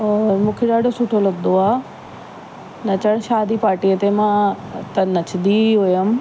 और मूंखे ॾाढो सुठो लॻंदो आहे नचणु शादी पार्टीअ ते मां त नचंदी ई हुअमि